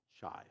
child